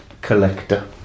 collector